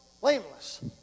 blameless